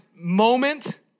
moment